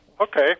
Okay